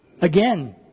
Again